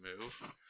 move